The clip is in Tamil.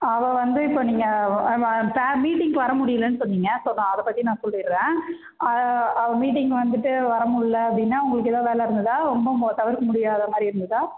அவ வந்து இப்போ நீங்கள் ப மீட்டிங்க்கு வரமுடியலைன்னு சொன்னீங்க ஸோ நான் அதை பற்றி நான் சொல்லிடுறேன் மீட்டிங் வந்துவிட்டு வர முல்ல அப்படின்னா உங்களுக்கு எதாவது வேலை இருந்துதால் ரொம்ப இந்த தவிர்க்க முடியாதமாதிரி இருந்துதால்